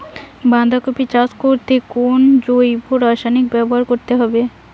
বাঁধাকপি চাষ করতে কোন জৈব রাসায়নিক ব্যবহার করতে হবে?